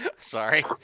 Sorry